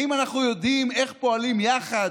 האם אנחנו יודעים איך פועלים יחד,